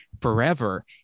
forever